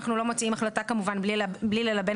אנחנו לא מוציאים כמובן החלטה מבלי ללבן